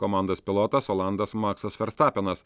komandos pilotas olandas maksas ferstapenas